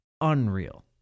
Unreal